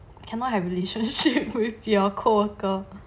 cannot have relationship with your co worker